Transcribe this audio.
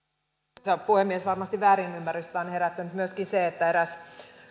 arvoisa puhemies varmasti väärinymmärrystä on herättänyt myöskin se että eräs